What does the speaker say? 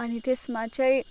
अनि त्यसमा चाहिँ